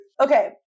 okay